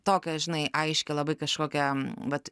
tokią žinai aiškią labai kažkokią vat